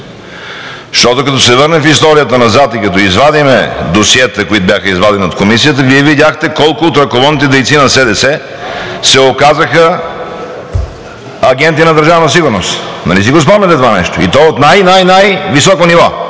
защото, като се върнем в историята назад и като извадим досиетата, които бяха извадени от Комисията, Вие видяхте колко от ръководните дейци на СДС се оказаха агенти на Държавна сигурност. Нали си го спомняте това нещо, и то от най-, най-високо ниво.